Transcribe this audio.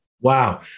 Wow